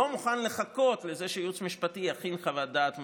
לא מוכן לחכות שהייעוץ המשפטי יכין חוות דעת מסודרת,